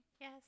Yes